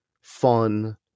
fun